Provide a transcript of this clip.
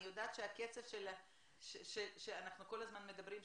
אני יודעת שהקצב שאנחנו כל הזמן מדברים,